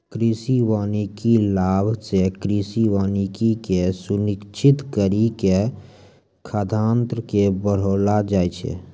कृषि वानिकी लाभ से कृषि वानिकी के सुनिश्रित करी के खाद्यान्न के बड़ैलो जाय छै